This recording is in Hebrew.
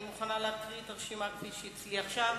אני מוכנה להקריא את הרשימה כפי שהיא אצלי עכשיו.